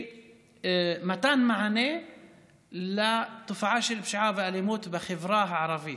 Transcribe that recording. במתן מענה לתופעה של פשיעה ואלימות בחברה הערבית?